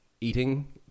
eating